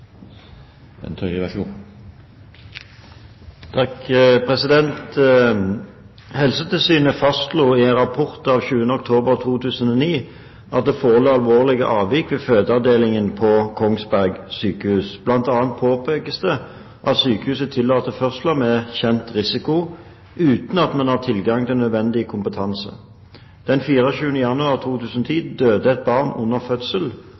fastslo i rapport av 20. oktober 2009 at det forelå alvorlige avvik ved fødeavdelingen på Kongsberg. Blant annet påpekes det at sykehuset tillater fødsler med kjent risiko, uten at man har tilgang til nødvendig kompetanse. Den 24. januar 2010 døde et barn under fødsel,